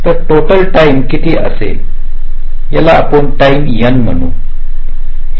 तर total time कती असेल याला आपण टाईम N म्हणू या